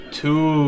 two